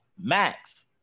Max